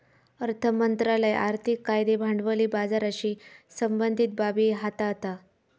अर्थ मंत्रालय आर्थिक कायदे भांडवली बाजाराशी संबंधीत बाबी हाताळता